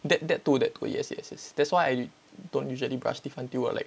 that that too that oh yes yes yes that's why I don't usually brush teeth until I like